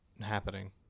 happening